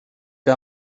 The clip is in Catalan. que